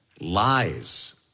Lies